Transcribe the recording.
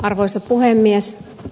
arvoisa puhemies